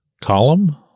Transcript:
column